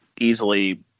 easily